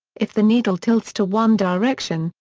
if the needle tilts to one direction,